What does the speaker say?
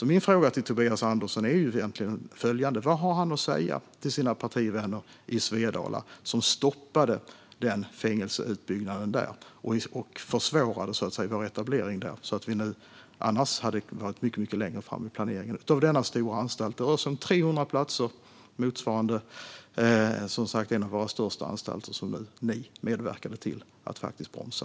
Min fråga till Tobias Andersson är följande: Vad har du att säga till dina partivänner i Svedala, som stoppade fängelseutbyggnaden och försvårade vår etablering där? Vi hade kunnat ligga mycket längre framme i planeringen av denna stora anstalt. Det rör sig om 300 platser, motsvarande en av våra största anstalter, som ni medverkade till att bromsa.